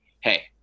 hey